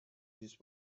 these